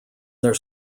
their